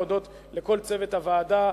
להודות לכל צוות הוועדה,